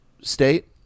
state